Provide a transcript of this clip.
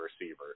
receiver